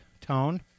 tone